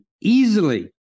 easily